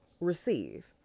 Receive